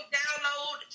download